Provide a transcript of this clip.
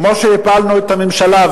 כמו שהפלנו את הממשלה,